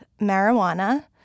marijuana